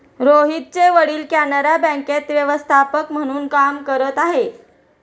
रोहितचे वडील कॅनरा बँकेत व्यवस्थापक म्हणून काम करत आहे